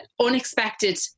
unexpected